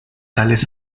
tales